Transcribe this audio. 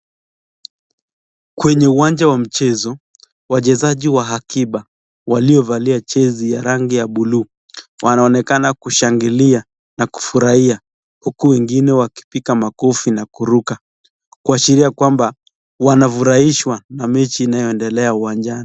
Kwenye uwanja wa mchezo wachezaji wa akiba waliovalia jezi ya rangi ya buluu wanaonekana kushangilia na kufurahia huku wengine wakipiga makofi na kuruka kuashiria kwamba wanafurahishwa na mechi inayoendelea uwanjani.